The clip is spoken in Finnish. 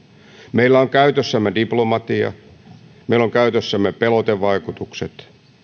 meillä on käytössämme diplomatia meillä on käytössämme pelotevaikutukset